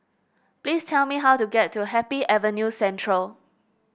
please tell me how to get to Happy Avenue Central